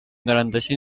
garanteixi